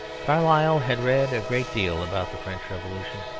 carlyle had read a great deal about the french revolution.